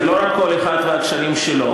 זה לא רק כל אחד והקשרים שלו,